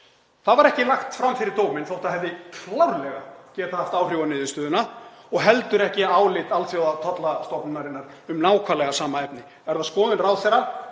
— var ekki lagt fram fyrir dóminn þótt það hefði klárlega getað haft áhrif á niðurstöðuna og heldur ekki álit Alþjóðatollastofnunarinnar um nákvæmlega sama efni? Er það skoðun ráðherra